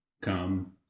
Come